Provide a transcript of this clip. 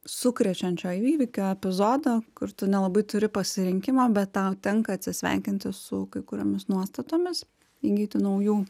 sukrečiančio įvykio epizodo kur tu nelabai turi pasirinkimo bet tau tenka atsisveikinti su kai kuriomis nuostatomis įgyti naujų